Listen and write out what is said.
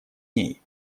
ней